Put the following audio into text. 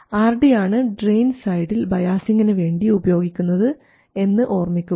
RD ആണ് drain സൈഡിൽ ബയാസിങ്ങിന് വേണ്ടി ഉപയോഗിക്കുന്നത് എന്ന് ഓർമിക്കുക